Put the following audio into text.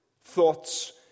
thoughts